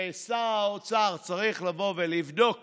ששר האוצר צריך לבדוק